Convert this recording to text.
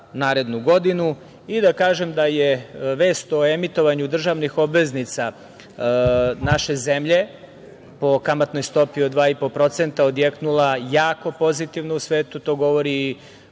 narednu godinu i da kažem da je vest o emitovanju državnih obveznica naše zemlje po kamatnoj stopi od 2,5% odjeknula jako pozitivno u svetu. To govori u